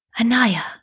Anaya